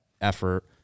effort